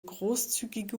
großzügige